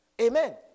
Amen